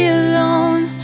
alone